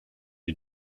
you